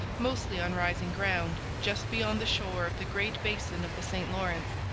mostly on rising ground, just beyond the shore of the great basin of the st lawrence,